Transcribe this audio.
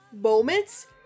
moments